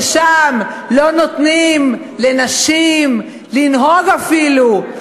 ששם לא נותנים לנשים לנהוג אפילו,